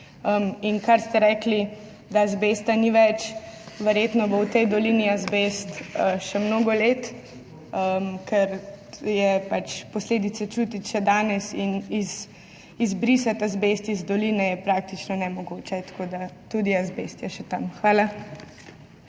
Kar ste rekli, da azbesta ni več – verjetno bo v tej dolini azbest še mnogo let, ker je pač posledice čutiti še danes, in izbrisati azbest iz doline je praktično nemogoče. Tako da tudi azbest je še tam. Hvala.